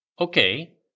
Okay